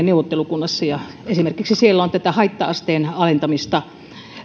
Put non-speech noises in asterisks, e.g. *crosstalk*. *unintelligible* neuvottelukunnassa esimerkiksi siellä on tästä haitta asteen alentamisesta